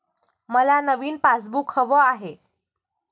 मला नवीन पासबुक हवं आहे